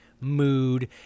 mood